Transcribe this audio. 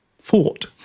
fought